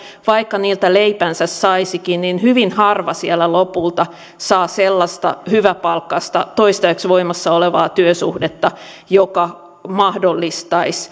vaikka niiltä leipänsä saisikin niin hyvin harva siellä lopulta saa sellaista hyväpalkkaista toistaiseksi voimassa olevaa työsuhdetta joka mahdollistaisi